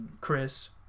Chris